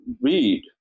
read